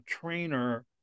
trainer